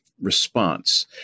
response